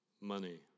money